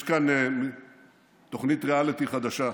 יש כאן תוכנית ריאליטי חדשה: